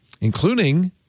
including